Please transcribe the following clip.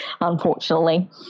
unfortunately